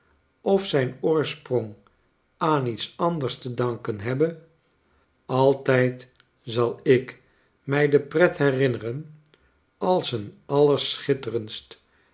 of zijn oorsprong aan lets anders te danken hebbe altijd zal ik mij de pret herinneren als een